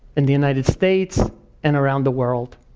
in the united states and around the world.